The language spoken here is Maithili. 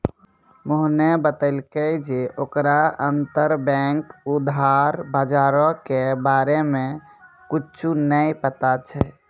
मोहने बतैलकै जे ओकरा अंतरबैंक उधार बजारो के बारे मे कुछु नै पता छै